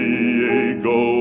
Diego